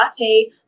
latte